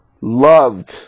Loved